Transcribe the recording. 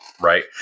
right